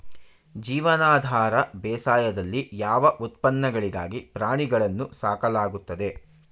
ಜೀವನಾಧಾರ ಬೇಸಾಯದಲ್ಲಿ ಯಾವ ಉತ್ಪನ್ನಗಳಿಗಾಗಿ ಪ್ರಾಣಿಗಳನ್ನು ಸಾಕಲಾಗುತ್ತದೆ?